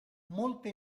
molte